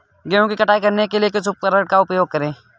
गेहूँ की कटाई करने के लिए किस उपकरण का उपयोग करें?